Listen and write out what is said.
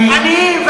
עניים,